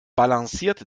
balanciert